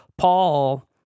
Paul